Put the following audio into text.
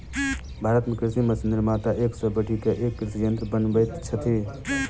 भारत मे कृषि मशीन निर्माता एक सॅ बढ़ि क एक कृषि यंत्र बनबैत छथि